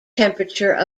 temperature